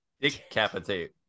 Decapitate